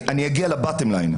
אני אגיע ל-bottom line.